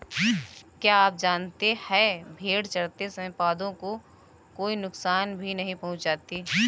क्या आप जानते है भेड़ चरते समय पौधों को कोई नुकसान भी नहीं पहुँचाती